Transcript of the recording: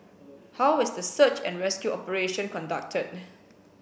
how is the search and rescue operation conducted